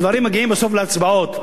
הדברים מגיעים בסוף להצבעות.